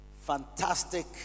fantastic